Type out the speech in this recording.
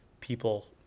people